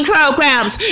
programs